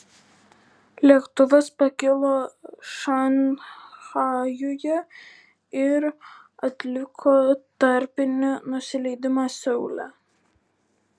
lėktuvas pakilo šanchajuje ir atliko tarpinį nusileidimą seule